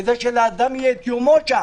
כדי שלאדם יהיה יומו שם.